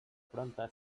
prompte